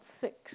six